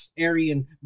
Aryan